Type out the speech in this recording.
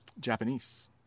Japanese